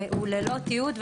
הוא ללא תיעוד,